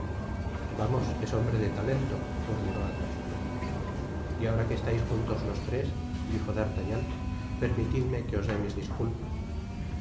vamos es hombre de talento murmuró athos y ahora que estais juntos los tres dijo d'artagnan permitidme que os dé mis disculpas